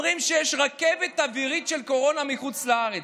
אומרים שיש רכבת אווירית של קורונה מחוץ לארץ,